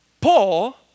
Paul